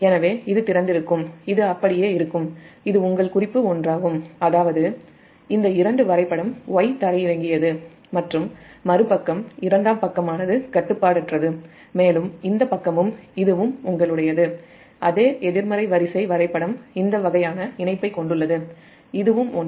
எனவே இது திறந்திருக்கும் இது அப்படியே இருக்கும் இது உங்கள் குறிப்பு ஒன்றாகும் அதாவது இந்த இரண்டு வரைபடம் Y க்ரவுன்ட் செய்யப்பட்டது மற்றும் இரண்டாம் பக்கமானது கட்டுப்பாடற்றது மேலும் இந்த பக்கம் உங்களுடையது அதே எதிர்மறை வரிசை வரைபடம் இந்த வகையான இணைப்பைக் கொண்டுள்ளது இதுவும் ஒன்று